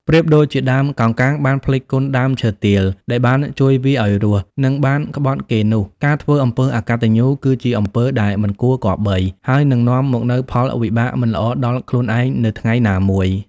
ប្រៀបដូចជាដើមកោងកាងបានភ្លេចគុណដើមឈើទាលដែលបានជួយវាឲ្យរស់ និងបានក្បត់គេនោះ ការធ្វើអំពើអកតញ្ញូ គឺជាអំពើដែលមិនគួរគប្បី ហើយនឹងនាំមកនូវផលវិបាកមិនល្អដល់ខ្លួនឯងនៅថ្ងៃណាមួយ។